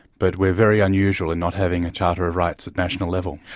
but we're very unusual in not having a charter of rights at national level.